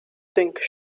think